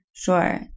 Sure